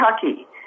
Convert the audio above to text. Kentucky